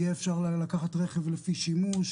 יהיה אפשר לקחת רכב לפי שימוש